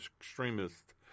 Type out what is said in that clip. extremists